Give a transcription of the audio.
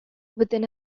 within